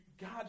God